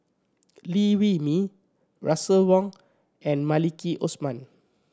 Liew Wee Mee Russel Wong and Maliki Osman